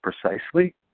precisely